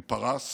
מפרס,